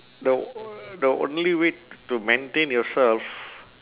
the o~ the only way to maintain yourself